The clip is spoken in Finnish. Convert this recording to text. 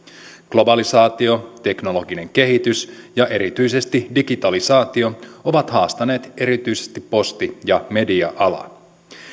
globalisaatio teknologinen kehitys ja erityisesti digitalisaatio ovat haastaneet erityisesti posti ja media alan